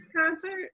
concert